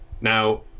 Now